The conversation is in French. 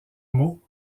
mot